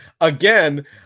Again